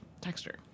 texture